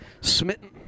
Smitten